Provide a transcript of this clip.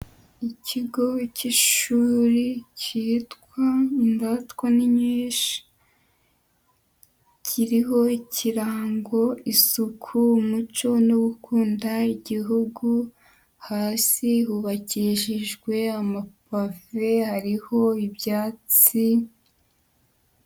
Ikigo cy'ishuri kitwa indatwa n'inkesha. Kiriho ikirango; isuku, umuco no gukunda Igihugu. Hasi hubakishijwe amapave hariho ibyatsi.